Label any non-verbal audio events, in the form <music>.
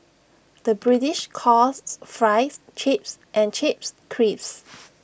the British calls Fries Chips and Chips Crisps <noise>